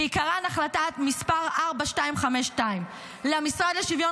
בעיקרן החלטה מס' 4252. למשרד לשוויון